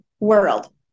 world